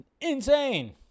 insane